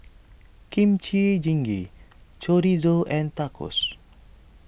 Kimchi Jjigae Chorizo and Tacos